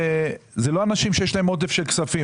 אלה לא אנשים שיש להם עודף של כספים,